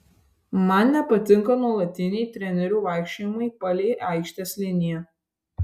man nepatinka nuolatiniai trenerių vaikščiojimai palei aikštės liniją